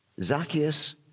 Zacchaeus